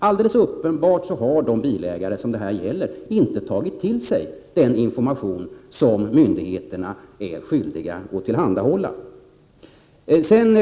Alldeles uppenbart har de bilägare som det här gäller inte tagit till sig den information som myndigheterna är skyldiga att tillhandahålla.